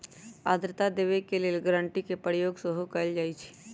उधार देबऐ के लेल गराँटी के प्रयोग सेहो कएल जाइत हइ